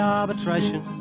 arbitration